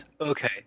Okay